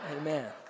Amen